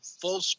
full